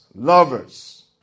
lovers